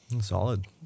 Solid